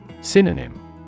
Synonym